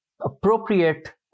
appropriate